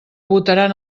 votaran